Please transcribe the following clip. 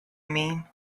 mean